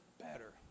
better